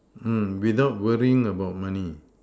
without worrying about money